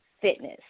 Fitness